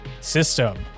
System